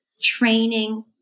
training